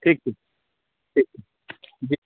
ठीक छै ठीक जी